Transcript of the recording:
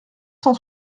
cent